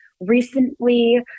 recently